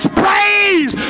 praise